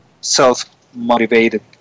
self-motivated